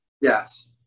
Yes